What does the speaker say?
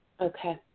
Okay